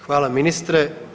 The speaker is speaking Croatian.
Hvala ministre.